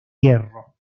hierro